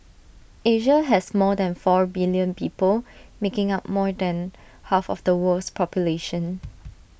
Asia has more than four billion people making up more than half of the world's population